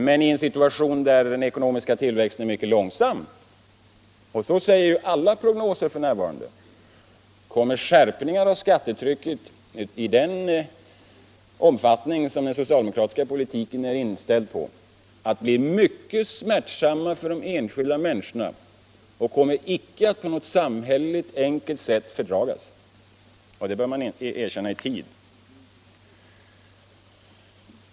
Men i en situation där den ekonomiska tillväxten är mycket långsam — och det talar alla prognoser om f.n. — kommer skärpningen av skattetrycket i den omfattning som den socialdemokratiska politiken är inställd på att bli mycket smärtsammare för de enskilda människorna. Detta kommer icke att på något samhälleligt enkelt sätt fördragas. Det bör man erkänna i tid.